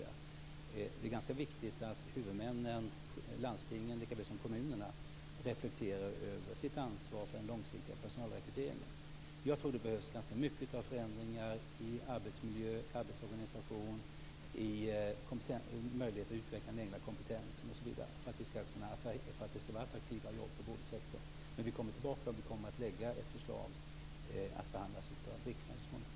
Det är ganska viktigt att huvudmännen, landstingen likaväl som kommunerna, reflekterar över sitt ansvar för den långsiktiga personalrekryteringen. Jag tror att det behövs ganska mycket av förändringar i arbetsmiljö, arbetsorganisation, möjligheter att utveckla den egna kompetensen osv. för att jobben inom vårdsektorn skall kunna vara attraktiva. Vi kommer alltså att lägga fram ett förslag som så småningom skall behandlas av riksdagen.